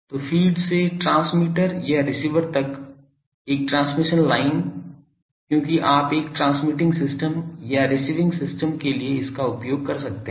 तो फ़ीड से ट्रांसमीटर या रिसीवर तक एक ट्रांसमिशन लाइन क्योंकि आप एक ट्रांसमिटिंग सिस्टम या एक रिसीविंग सिस्टम के लिए इसका उपयोग कर सकते हैं